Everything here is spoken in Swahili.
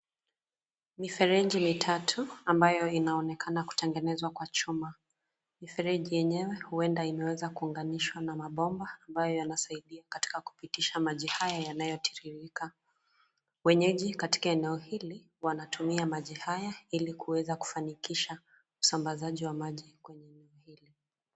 Mifereji mitatu ambayo inayoonekana kutengenezwa kwa chuma. Mifereji yenyewe huenda imeweza kuunganishwa na mabomba ambayo yanasaidia katika kupitisha maji haya yanayotiririka. Wenyeji katika eneo hili wanatumia maji haya ili kuweza kufanikisha usambazaji wa maji kwenye eneo hili.